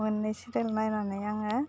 मोननै सिरियाल नायनानै आङो